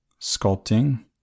sculpting